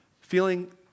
feeling